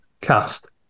cast